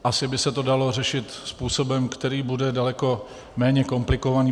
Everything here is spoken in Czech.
Asi by se to dalo řešit způsobem, který bude daleko méně komplikovaný.